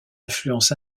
influence